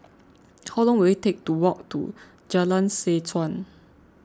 how long will it take to walk to Jalan Seh Chuan